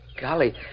Golly